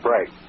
Right